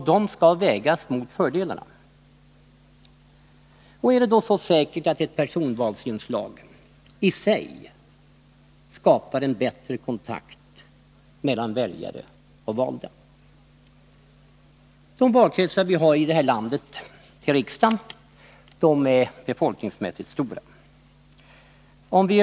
De skall vägas mot fördelarna. Är det så säkert att ett personvalsinslag i sig skapar en bättre kontakt mellan väljare och valda? Valkretsarna för val till riksdagen är befolkningsmässigt stora här i landet.